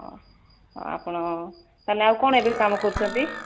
ହେଉ ହେଉ ଆପଣ ତାହେଲେ ଆଉ କଣ ଏବେ କାମ କରୁଛନ୍ତି